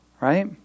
right